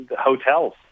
hotels